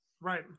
Right